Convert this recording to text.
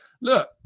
Look